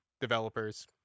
developers